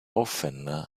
often